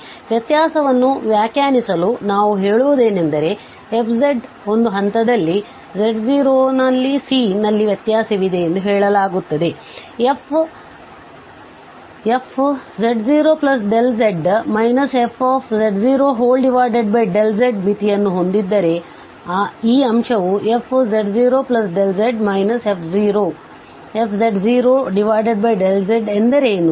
ಆದ್ದರಿಂದ ವ್ಯತ್ಯಾಸವನ್ನು ವ್ಯಾಖ್ಯಾನಿಸಲು ನಾವು ಹೇಳುವುದೇನೆಂದರೆ f ಒಂದು ಹಂತದಲ್ಲಿ z0∈C ನಲ್ಲಿ ವ್ಯತ್ಯಾಸವಿದೆ ಎಂದು ಹೇಳಲಾಗುತ್ತದೆ fz0z fz0z ಮಿತಿಯನ್ನು ಹೊಂದಿದ್ದರೆ ಈ ಅಂಶ fz0z fz0z ಎಂದರೇನು